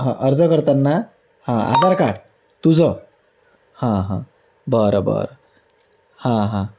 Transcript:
हां अर्ज करताना हां आधार कार्ड तुझं हां हां बरं बरं हां हां